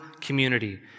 community